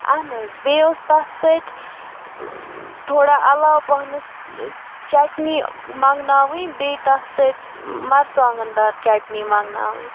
اہَن حظ بیٚیہِ اوس تَتھ سۭتۍ تھوڑا علاو پَہنَس چَٹنی منٛگناوٕنۍ بیٚیہِ تَتھ سۭتۍ مرژٕوانٛگَن دار چَٹنی منٛگناوٕنۍ